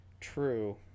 True